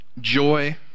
joy